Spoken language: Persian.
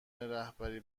رهبری